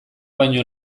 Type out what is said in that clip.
baino